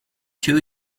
two